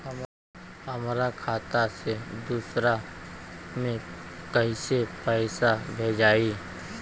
हमरा खाता से दूसरा में कैसे पैसा भेजाई?